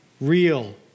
real